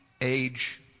age